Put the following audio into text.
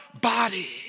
body